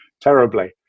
terribly